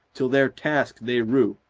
till their task they rue.